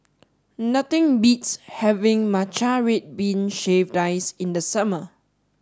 nothing beats having Matcha red bean shaved ice in the summer